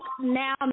now